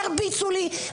הרביצו לי.